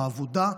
העבודה,